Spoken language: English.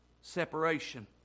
separation